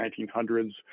1900s